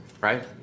right